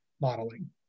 modeling